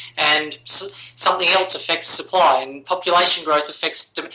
and so something else affects supply. and population growth affects demand.